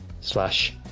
slash